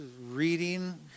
reading